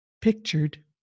pictured